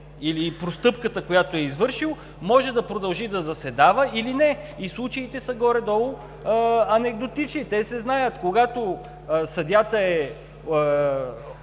или простъпката, която е извършил, може да продължи да заседава или не. И случаите са горе-долу анекдотични. Те се знаят. Когато съдията е